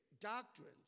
doctrines